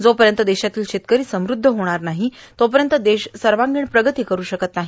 जोपर्यंत देशातील शेतकरी समृद्ध होत नाही तोपर्यंत देश सर्वागीण प्रगती करू शकत नाही